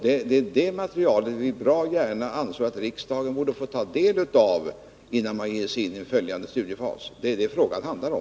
Det är det materialet vi anser att riksdagen borde få ta del av, innan man ger sig in i en följande studiefas. Det är det frågan handlar om.